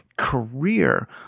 Career